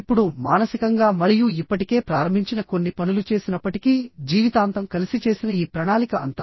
ఇప్పుడు మానసికంగా మరియు ఇప్పటికే ప్రారంభించిన కొన్ని పనులు చేసినప్పటికీ జీవితాంతం కలిసి చేసిన ఈ ప్రణాళిక అంతా